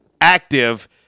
active